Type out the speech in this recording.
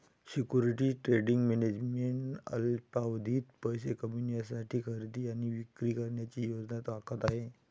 securities trading management अल्पावधीत पैसे कमविण्यासाठी खरेदी आणि विक्री करण्याची योजना आखत आहे